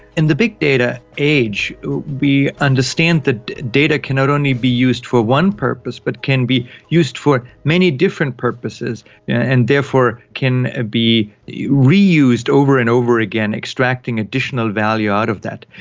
in the big data age we understand that data can not only be used for one purpose but can be used for many different purposes and therefore can be reused over and over again, extracting additional value out of that.